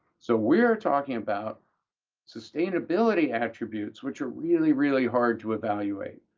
so we are talking about sustainability attributes which are really, really hard to evaluate.